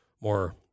more